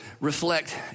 reflect